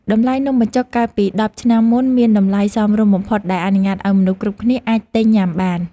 តម្លៃនំបញ្ចុកកាលពីដប់ឆ្នាំមុនមានតម្លៃសមរម្យបំផុតដែលអនុញ្ញាតឱ្យមនុស្សគ្រប់គ្នាអាចទិញញ៉ាំបាន។